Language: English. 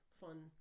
fun